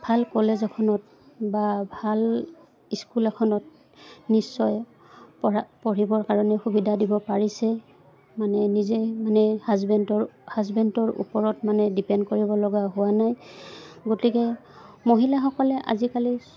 ভাল কলেজ এখনত বা ভাল স্কুল এখনত নিশ্চয় পঢ়া পঢ়িবৰ কাৰণে সুবিধা দিব পাৰিছে মানে নিজেই মানে হাজবেণ্ডৰ হাজবেণ্ডৰ ওপৰত মানে ডিপেণ্ড কৰিব লগা হোৱা নাই গতিকে মহিলাসকলে আজিকালি